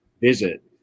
visit